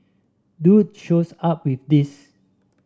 dude shows up with this